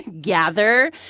gather